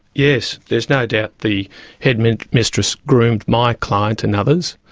yes, there's no doubt the headmistress groomed my client and others,